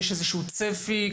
יש איזשהו צפי,